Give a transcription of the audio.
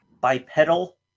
bipedal